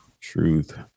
truth